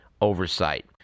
oversight